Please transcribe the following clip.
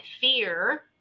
fear